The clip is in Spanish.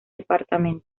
departamento